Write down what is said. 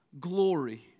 glory